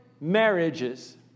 marriages